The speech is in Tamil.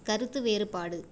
கருத்து வேறுபாடு